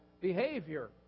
behavior